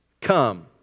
come